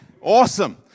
Awesome